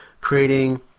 creating